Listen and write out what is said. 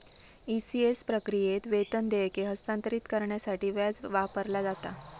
ECS प्रक्रियेत, वेतन देयके हस्तांतरित करण्यासाठी व्याज वापरला जाता